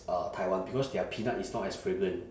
uh taiwan because their peanut is not as fragrant